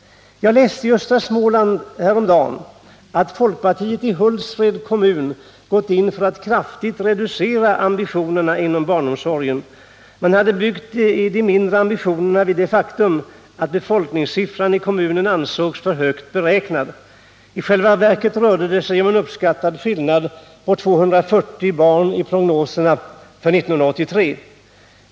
Jag läste i Östra Småland häromdagen att folkpartiet i Hultsfreds kommun gått in för att kraftigt reducera ambitionerna inom barnomsorgen. Man hade byggt de lägre ambitionerna på det faktum att befolkningssiffran i kommunen ansågs för högt beräknad. I själva verket rörde det sig om en uppskattad skillnad på 240 barn i prognoserna för 1983.